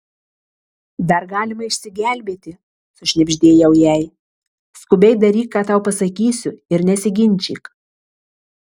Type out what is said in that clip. dar galima išsigelbėti sušnibždėjau jai skubiai daryk ką tau pasakysiu ir nesiginčyk